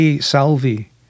Salvi